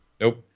Nope